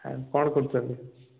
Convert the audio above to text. ଆଉ କ'ଣ କରୁଛନ୍ତି